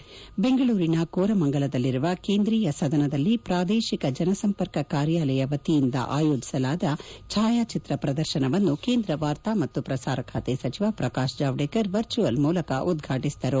ಇನ್ನು ಬೆಂಗಳೂರಿನ ಕೋರಮಂಗಲದಲ್ಲಿರುವ ಕೇಂದ್ರೀಯ ಸದನದಲ್ಲಿ ಪ್ರಾದೇಶಿಕ ಜನಸಂಪರ್ಕ ಕಾರ್ಯಾಲಯ ವತಿಯಿಂದ ಆಯೋಜಸಲಾದ ಛಾಯಾಚಿತ್ರ ಪ್ರದರ್ಶನವನ್ನು ಕೇಂದ್ರ ವಾರ್ತಾ ಮತ್ತು ಪ್ರಸಾರ ಸಚಿವ ಪ್ರಕಾಶ್ ಜಾವಡೇಕರ್ ವರ್ಚುವಲ್ ಮೂಲಕ ಉದ್ವಾಟಿಸಿದರು